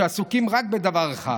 שעסוקים רק בדבר אחד: